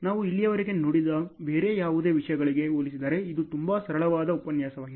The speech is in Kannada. ನಾವು ಇಲ್ಲಿಯವರೆಗೆ ನೋಡಿದ ಬೇರೆ ಯಾವುದೇ ವಿಷಯಗಳಿಗೆ ಹೋಲಿಸಿದರೆ ಇದು ತುಂಬಾ ಸರಳವಾದ ಉಪನ್ಯಾಸವಾಗಿದೆ